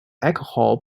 alcohol